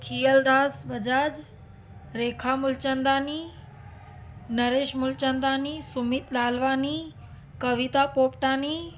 Khiyal Das Bajaj Rekha Mulchandani Naresh Mulchandani Sumeet Lalwani Kavita Popatani